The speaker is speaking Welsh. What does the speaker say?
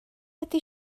ydy